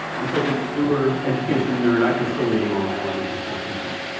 i'm such an uber-education nerd, i can still name all my elementary school teachers.